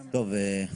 טוב,